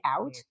out